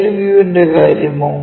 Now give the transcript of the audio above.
side വ്യൂവിന്റെ കാര്യമോ